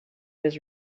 his